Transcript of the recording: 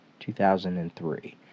2003